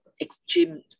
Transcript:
extreme